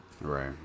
Right